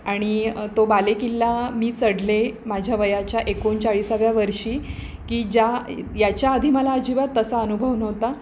आणि तो बालेकिल्ला मी चढले माझ्या वयाच्या एकोणचाळीसाव्या वर्षी की ज्या याच्याआधी मला अजिबात तसा अनुभव नव्हता